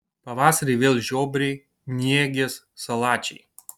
pavasarį vėl žiobriai nėgės salačiai